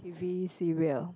T_V serial